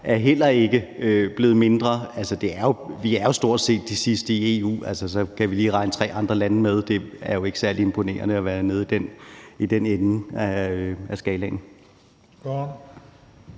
er heller ikke blevet mindre. Altså, vi er jo stort set de sidste i EU. Så kan vi lige regne tre andre lande med. Det er jo ikke særlig imponerende at være nede i den ende af skalaen.